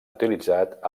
utilitzat